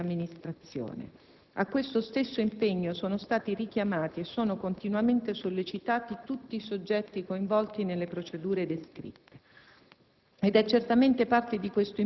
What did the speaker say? che agevolino il loro rapporto con la pubblica amministrazione. A questo stesso impegno sono stati richiamati, e sono continuamente sollecitati, tutti i soggetti coinvolti nelle procedure descritte.